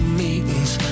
meetings